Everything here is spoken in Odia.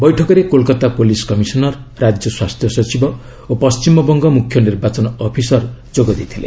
ବୈଠକରେ କୋଲ୍କାତା ପୁଲିସ୍ କମିଶନର ରାଜ୍ୟ ସ୍ୱାସ୍ଥ୍ୟ ସଚିବ ଓ ପଣ୍ଟିମବଙ୍ଗ ମୁଖ୍ୟ ନିର୍ବାଚନ ଅଫିସର ମଧ୍ୟ ଯୋଗ ଦେଇଥିଲେ